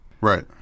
Right